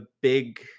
big